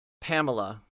Pamela